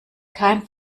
kein